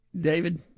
David